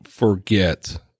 Forget